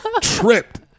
tripped